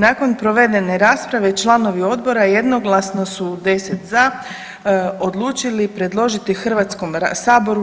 Nakon provedene rasprave članovi odbora jednoglasno su 10 za odlučili predložiti HS-u